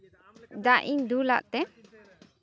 ᱫᱟᱜ ᱤᱧ ᱫᱩᱞᱟᱫ ᱛᱮ